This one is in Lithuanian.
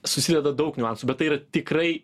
susideda daug niuansų bet tai yra tikrai